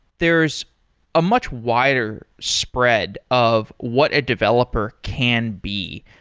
there's a much wider spread of what a developer can be.